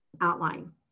outline